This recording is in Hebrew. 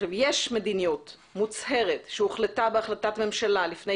יש מדיניות מוצהרת שהוחלטה בהחלטת ממשלה לפני